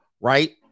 right